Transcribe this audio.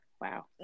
Wow